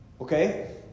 Okay